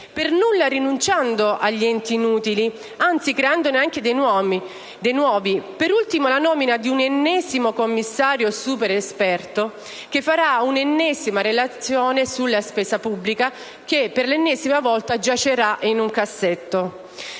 per nulla rinunciando agli enti inutili, anzi creandone di nuovi, per ultimo la nomina di un ennesimo commissario super esperto che farà una ennesima relazione sulla spesa pubblica, che per l'ennesima volta giacerà in un cassetto: